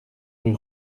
rue